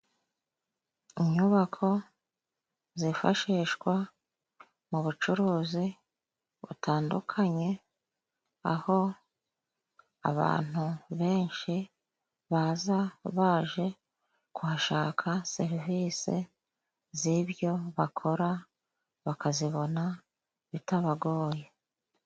Inyubako zifashishwa mu bucuruzi butandukanye; aho abantu benshi baza baje kuhashaka serivise z'ibyo bakora bakazibona bitabagoye.